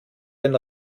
den